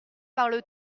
parle